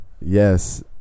Yes